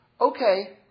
Okay